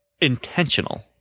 intentional